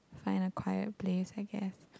find a quiet place I guess